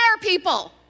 people